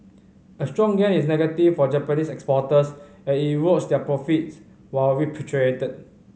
a strong yen is negative for Japanese exporters as it erodes their profits when repatriated